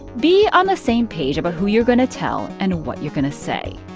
be on the same page about who you're going to tell and what you're going to say.